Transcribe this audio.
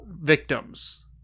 victims